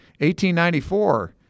1894